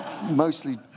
Mostly